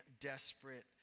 desperate